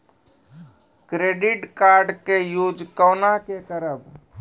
Credit card के use कोना के करबऽ?